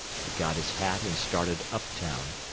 he got his hat and started up-town,